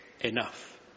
enough